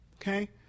okay